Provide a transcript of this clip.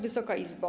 Wysoka Izbo!